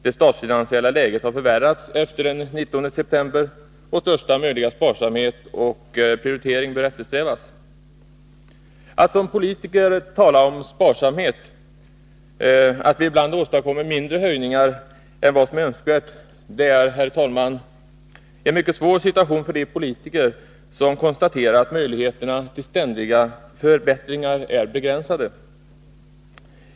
Det statsfinansiella läget har förvärrats efter den 19 september, och största möjliga sparsamhet och prioritering med hänsyn därtill bör eftersträvas. Herr talman! Att som politiker tala om sparsamhet och ibland nödgas genomföra mindre höjningar än vad som är önskvärt innebär att man försätts i en mycket svår situation, men som politiker måste man konstatera att möjligheterna till ständiga förbättringar är begränsade.